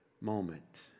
moment